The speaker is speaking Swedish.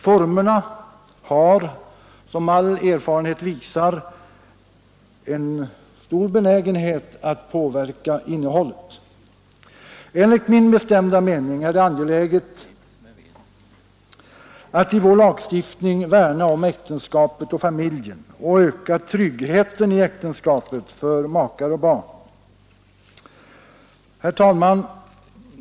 Formerna har som all erfarenhet visar en stor benägenhet att påverka innehållet. Enligt min bestämda mening är det angeläget att vii vår lagstiftning värnar om äktenskapet och familjen och ökar tryggheten i äktenskapet för makar och barn. Herr talman!